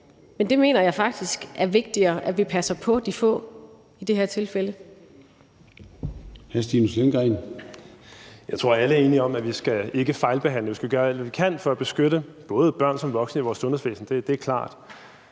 Men jeg mener faktisk, det er vigtigere, at vi passer på de få i det her tilfælde.